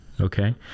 Okay